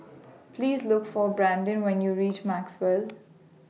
Please Look For Brandin when YOU REACH Maxwell